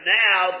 now